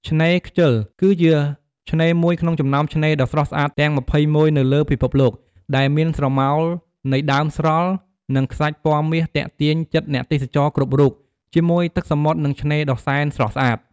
ឆ្នេរខ្ជិល គឺជាឆ្នេរមួយក្នុងចំណោមឆ្នេរដ៏ស្រស់ស្អាតទាំង២១នៅលើពិភពលោក ដែលមានស្រមោលនៃដើមស្រល់ និងខ្សាច់ពណ៌មាសទាក់ទាញចិត្តអ្នកទេសចរគ្រប់រូប ជាមួយទឹកសមុទ្រនិងឆ្នេរដ៏សែនស្រស់ស្អាត។